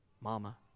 Mama